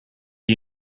you